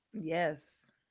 Yes